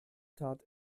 tat